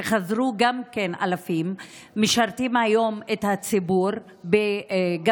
שחזרו אלפים ומשרתים היום את הציבור גם